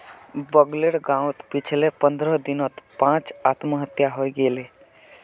बगलेर गांउत पिछले पंद्रह दिनत पांच आत्महत्या हइ गेले